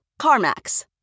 CarMax